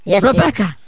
Rebecca